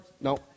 no